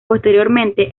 posteriormente